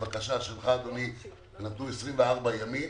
לבקשתך אדוני היושב ראש, נתנו 24 ימים.